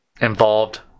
involved